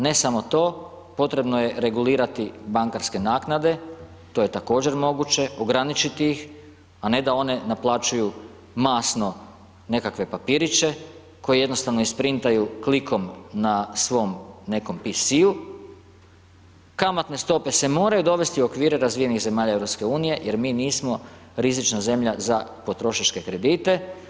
Ne samo to, potrebno je regulirati bankarske naknade, to je također moguće, ograničiti ih, a ne da one naplaćuju masno nekakve papiriće koje jednostavno isprintaju klikom na svom nekom PC, kamatne stope se moraju dovesti u okvire razvijenih zemalja EU jer mi nismo rizična zemlja za potrošačke kredite.